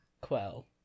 Quell